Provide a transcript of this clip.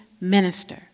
minister